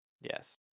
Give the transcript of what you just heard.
Yes